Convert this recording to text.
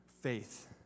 faith